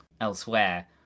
Elsewhere